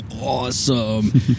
awesome